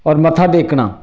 होर मत्था टेकना